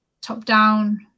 top-down